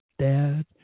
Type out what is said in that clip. dad